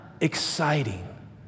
exciting